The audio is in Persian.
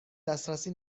دسترسی